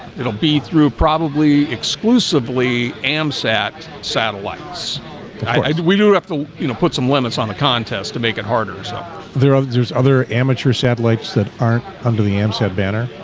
it'll be through probably exclusively amsat satellites we do have to you know put some limits on the contest to make it harder, so ah there's other amateur satellites that aren't under the amp set banner.